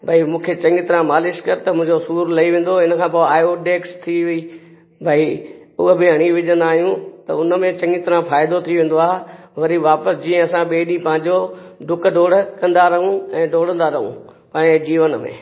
भई मूंखे चंङी तरह मालिश कर त मुंहिंजो सूर लही वेंदो इनखां पोइ आयोडेक्स थी वयी भई हूअ बि हणी विझंदा आहियूं त उनमें चंङी तरह फ़ाइदो थी वेंदो आहे वरी वापिसि जीअं असां ॿिए ॾींहुुं पंहिंजो डुक डोड़ कंदा रहूं डोड़दा रहूं पंहिंजे जीवन में